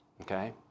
Okay